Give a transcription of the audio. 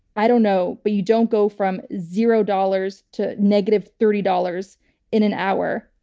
i don't know. but you don't go from zero dollars to negative thirty dollars in an hour.